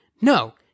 no